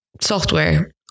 software